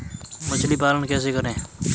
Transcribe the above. मछली पालन कैसे करें?